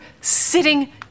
sitting